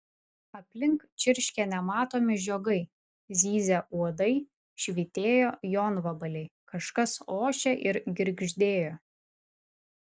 aplink čirškė nematomi žiogai zyzė uodai švytėjo jonvabaliai kažkas ošė ir girgždėjo